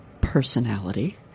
personality